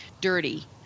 dirty